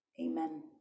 Amen